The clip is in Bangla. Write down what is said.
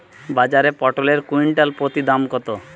বাজারে পটল এর কুইন্টাল প্রতি দাম কত?